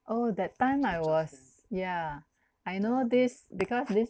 oh that time I was yeah I know this because this